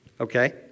okay